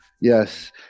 Yes